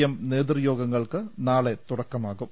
M നേതൃയോഗങ്ങൾക്ക് നാളെ തുടക്കമാകും